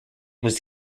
was